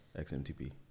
XMTP